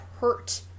hurt